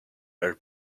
are